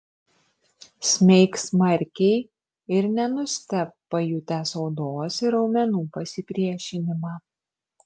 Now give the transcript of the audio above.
smeik smarkiai ir nenustebk pajutęs odos ir raumenų pasipriešinimą